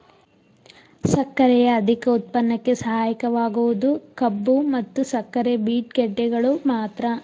ಸಕ್ಕರೆಯ ಅಧಿಕ ಉತ್ಪನ್ನಕ್ಕೆ ಸಹಾಯಕವಾಗುವುದು ಕಬ್ಬು ಮತ್ತು ಸಕ್ಕರೆ ಬೀಟ್ ಗೆಡ್ಡೆಗಳು ಮಾತ್ರ